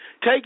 Take